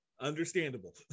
understandable